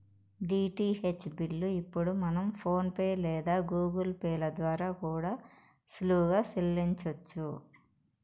DTH bill ఇప్పుడు మనం PhonePe లేదా గూగుల్ పే ల ద్వారా కూడా సులువుగా సెల్లించొచ్చు